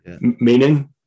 meaning